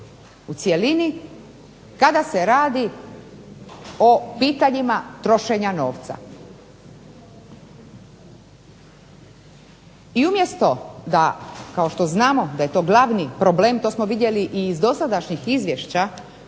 u cjelini kada se radi o pitanjima trošenja novca. I umjesto da kao što znamo da je to glavni problem, to smo vidjeli i iz dosadašnjih izvješća